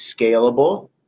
scalable